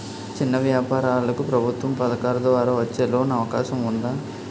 చిన్న వ్యాపారాలకు ప్రభుత్వం పథకాల ద్వారా వచ్చే లోన్ అవకాశం ఉందా?